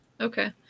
Okay